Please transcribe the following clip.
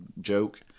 joke